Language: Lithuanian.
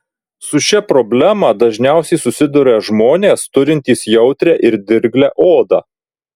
su šia problema dažniausiai susiduria žmonės turintys jautrią ir dirglią odą